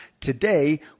Today